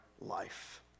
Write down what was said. life